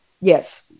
Yes